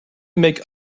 make